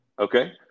okay